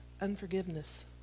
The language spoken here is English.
unforgiveness